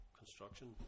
construction